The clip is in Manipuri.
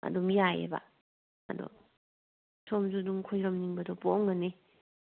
ꯑꯗꯨꯝ ꯌꯥꯏꯌꯦꯕ ꯑꯗꯣ ꯁꯣꯝꯁꯨ ꯑꯗꯨꯝ ꯈꯨꯔꯨꯝꯅꯤꯡꯕꯗꯣ ꯄꯣꯛꯂꯝꯒꯅꯤ